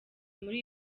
muri